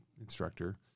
instructor